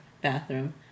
bathroom